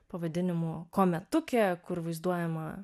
pavadinimu kometukė kur vaizduojama